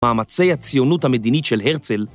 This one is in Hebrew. מאמצי הציונות המדינית של הרצל